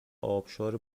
ابشار